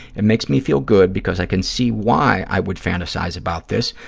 it makes me feel good because i can see why i would fantasize about this.